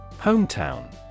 Hometown